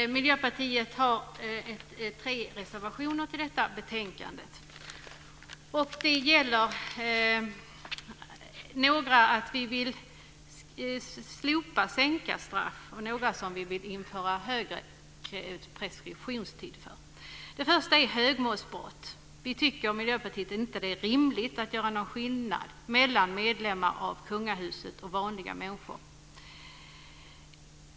Miljöpartiet har tre reservationer till detta betänkande. Vi vill slopa och sänka straff på några områden och vi vill införa längre preskriptionstid på några. Det första gäller högmålsbrott. Vi tycker i Miljöpartiet att det inte är rimligt att göra skillnad mellan medlemmar av kungahuset och "vanliga" människor.